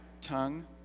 tongue